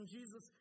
Jesus